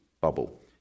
bubble